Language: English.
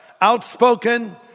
outspoken